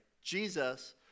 Jesus